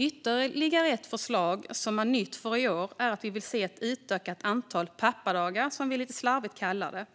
Ytterligare ett förslag, som är nytt för i år, är att vi vill se ett utökat antal pappadagar, som man lite slarvigt kallar dem.